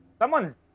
Someone's